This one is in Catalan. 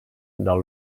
del